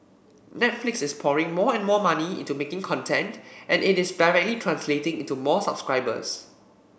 Netflix is pouring more and more money into making content and it is directly translating into more subscribers